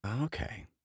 Okay